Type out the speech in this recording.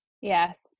Yes